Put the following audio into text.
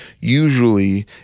usually